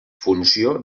funció